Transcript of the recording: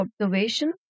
observation